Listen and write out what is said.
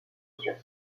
sur